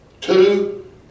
Two